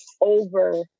over